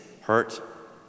hurt